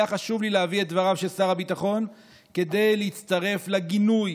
היה לי חשוב להביא את דבריו של שר הביטחון כדי להצטרף לגינוי